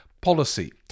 policy